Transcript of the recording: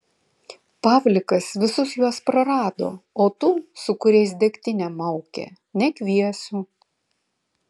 pavlikas visus juos prarado o tų su kuriais degtinę maukė nekviesiu